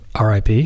RIP